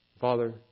Father